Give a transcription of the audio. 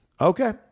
Okay